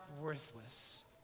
worthless